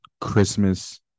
christmas